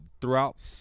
throughout